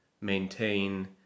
maintain